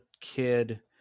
kid